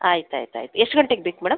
ಆಯ್ತು ಆಯ್ತು ಆಯಿತು ಎಷ್ಟು ಗಂಟೆಗೆ ಬೇಕು ಮೇಡಮ್